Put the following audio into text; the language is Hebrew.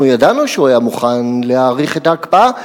אנחנו ידענו שהוא היה מוכן להאריך את ההקפאה,